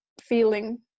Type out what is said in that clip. feeling